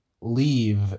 leave